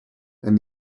and